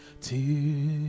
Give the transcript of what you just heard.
tears